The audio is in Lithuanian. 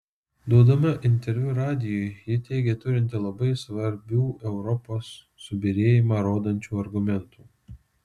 duodama interviu radijui ji teigė turinti labai svarių europos subyrėjimą rodančių argumentų